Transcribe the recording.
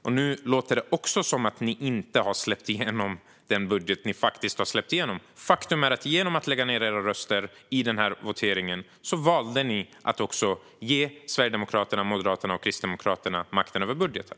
Det låter också som att ni inte har släppt igenom den budget ni faktiskt har släppt igenom. Faktum är att ni genom att lägga ned era röster i voteringen valde att ge Sverigedemokraterna, Moderaterna och Kristdemokraterna makten över budgeten.